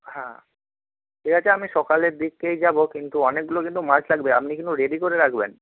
হ্যাঁ ঠিক আছে আমি সকালের দিকেই যাবো কিন্তু অনেকগুলো কিন্তু মাছ লাগবে আপনি কিন্তু রেডি করে রাখবেন